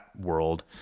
world